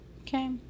Okay